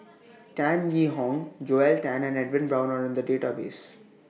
Tan Yee Hong Joel Tan and Edwin Brown Are in The Database